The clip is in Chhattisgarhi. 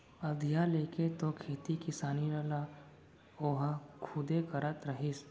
अधिया लेके तो खेती किसानी ल ओहा खुदे करत रहिस